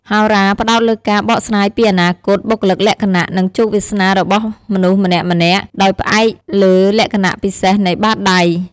ហោរាផ្តោតលើការបកស្រាយពីអនាគត បុគ្គលិកលក្ខណៈ និងជោគវាសនារបស់មនុស្សម្នាក់ៗ ដោយផ្អែកលើលក្ខណៈពិសេសនៃបាតដៃ។